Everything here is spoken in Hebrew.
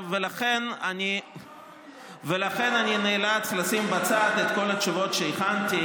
לכן אני נאלץ לשים בצד את כל התשובות שהכנתי,